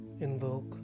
Invoke